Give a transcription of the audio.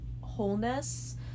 wholeness